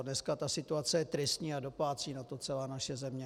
Dneska je situace tristní a doplácí na to celá naše země.